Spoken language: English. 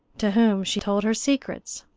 to whom she told her secrets.